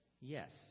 Yes